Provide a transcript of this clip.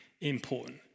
important